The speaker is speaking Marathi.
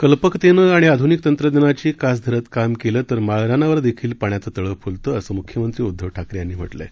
कल्पकतेनं आणि आधूनिक तंत्रज्ञानाची कास धरत काम केलं तर माळरानावर देखील पाण्याचं तळं फुलतं असं मुख्यमंत्री उद्दव ठाकरे यांनी म्हालिं आहे